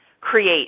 create